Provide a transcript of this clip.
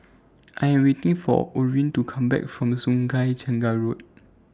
I Am waiting For Orrin to Come Back from Sungei Tengah Road